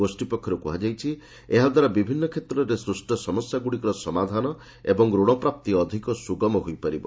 ଗୋଷୀ ପକ୍ଷରୁ କୁହାଯାଇଛି ଏହାଦ୍ୱାରା ବିଭିନ୍ନ କ୍ଷେତ୍ରରେ ସୃଷ୍ଟ ସମସ୍ୟାଗ୍ରଡ଼ିକର ସମାଧାନ ଏବଂ ରଣପ୍ରାପ୍ତି ଅଧିକ ସୁଗମ ହୋଇପାରିବ